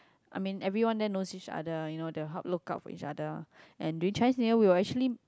I mean everyone there knows each other you know they'll help look out for each other and during Chinese New Year we'll actually